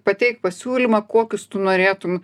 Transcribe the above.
pateik pasiūlymą kokius tu norėtum